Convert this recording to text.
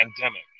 pandemic